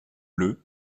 bleues